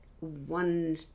one